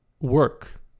work